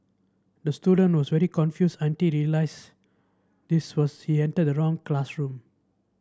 the student was very confused until he realised this was he entered the wrong classroom